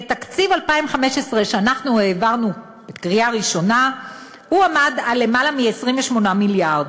תקציב 2015 שאנחנו העברנו בקריאה ראשונה עמד על למעלה מ-28 מיליארד.